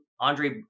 Andre